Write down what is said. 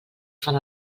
fan